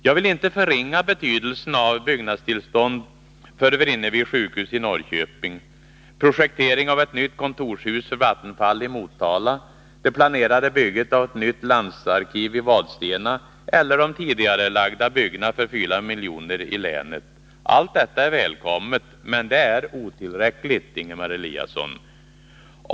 Jag vill inte förringa betydelsen av byggnadstillstånd för Vrinnevi sjukhus i Norrköping, projekteringen av ett nytt kontorshus för Vattenfall i Motala, det planerade bygget av ett nytt landsarkiv i Vadstena eller de tidigarelagda byggena för 4 miljoner i länet. Allt detta är välkommet, men det är otillräckligt, Ingemar Eliasson.